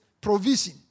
provision